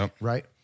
Right